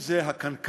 אם זה הקנקן,